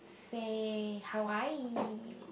say Hawaii